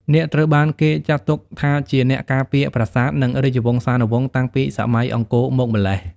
នាគត្រូវបានគេចាត់ទុកថាជាអ្នកការពារប្រាសាទនិងរាជវង្សានុវង្សតាំងពីសម័យអង្គរមកម្ល៉េះ។